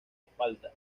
espalda